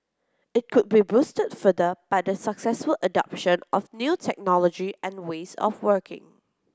it could be boosted further by the successful adoption of new technology and ways of working